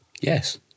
Yes